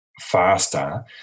faster